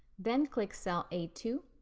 then click cell a two,